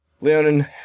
Leonin